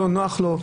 שלא נוח לו,